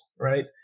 right